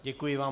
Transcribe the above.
Děkuji vám.